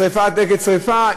שרפה כנגד שרפה.